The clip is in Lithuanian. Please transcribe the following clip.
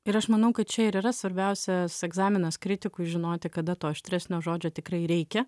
ir aš manau kad čia ir yra svarbiausias egzaminas kritikui žinoti kada to aštresnio žodžio tikrai reikia